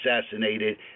assassinated